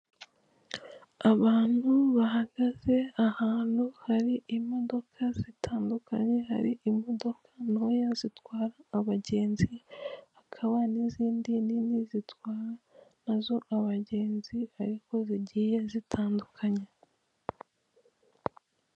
Abantu bahagaze ahantu hari imodoka zitandukanye, hari imodoka ntoya zitwara abagenzi hakaba n'izindi nini zitwara nazo abagenzi ariko zigiye zitandukanye.